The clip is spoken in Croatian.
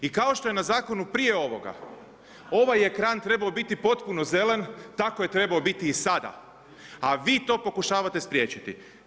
I kao što je na zakonu prije ovoga, ovaj je ekran trebao biti potpuno zelen, tako je trebao biti i sada, a vi to pokušavate spriječiti.